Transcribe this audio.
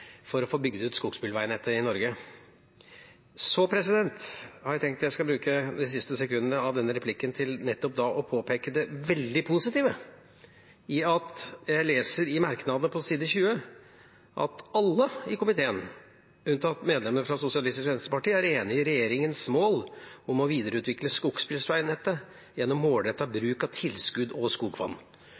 for å få bygd ut skogsbilveinettet i Norge, så jeg har tenkt å bruke de siste sekundene av denne replikken til nettopp å påpeke det veldig positive som jeg leser i merknadene på side 20 i innstillinga: «Komiteens flertall, alle unntatt medlemmet fra Sosialistisk Venstreparti, er enig i regjeringens mål om å videreutvikle skogsbilveinettet gjennom målrettet bruk av tilskudd og skogfond».